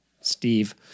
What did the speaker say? Steve